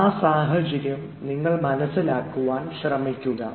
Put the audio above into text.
ആ സാഹചര്യം നിങ്ങൾ മനസ്സിലാക്കുവാൻ ശ്രമിക്കുക